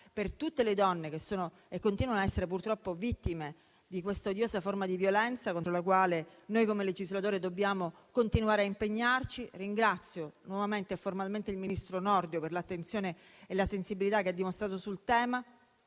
Per tutte le donne che sono e continuano a essere, purtroppo, vittime di questa odiosa forma di violenza, contro la quale noi, come legislatori, dobbiamo continuare a impegnarci, ringrazio nuovamente e formalmente il ministro Nordio per l'attenzione e la sensibilità che ha dimostrato sul tema.